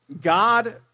God